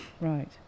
Right